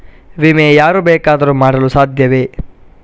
ವಿಮೆ ಯಾರು ಬೇಕಾದರೂ ಮಾಡಲು ಸಾಧ್ಯವೇ?